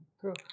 True